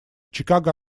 чикаго